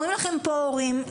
אומרים לכם פה הורים,